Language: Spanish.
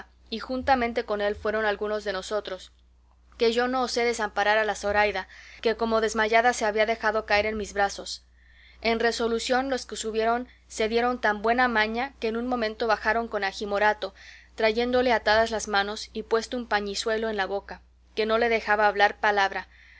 y juntamente con él fueron algunos de nosotros que yo no osé desamparar a la zoraida que como desmayada se había dejado caer en mis brazos en resolución los que subieron se dieron tan buena maña que en un momento bajaron con agi morato trayéndole atadas las manos y puesto un pañizuelo en la boca que no le dejaba hablar palabra